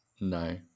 No